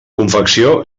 confecció